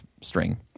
string